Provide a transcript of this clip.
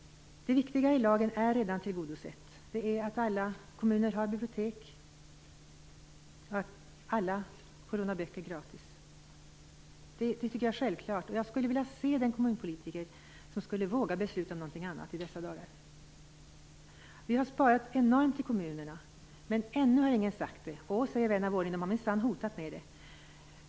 Det viktiga i lagen är redan tillgodosett. Det är att alla kommuner har bibliotek, att alla får låna böcker gratis. Det tycker jag är självklart, och jag skulle vilja se den kommunpolitiker som skulle våga besluta om någonting annat i dessa dagar. Vi har sparat enormt i kommunerna, men ännu har ingen sagt det. Jo, säger vän av ordning, man har minsann hotat med det.